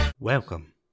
Welcome